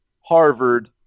Harvard